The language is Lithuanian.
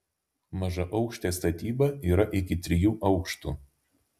mažaaukštė statyba yra iki trijų aukštų